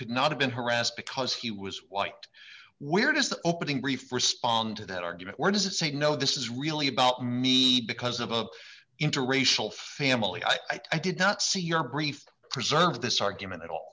could not have been harassed because he was white where does the opening brief respond to that argument or does it say no this is really about me because of a interracial family i did not see your brief preserve this argument at all